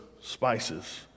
spices